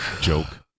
Joke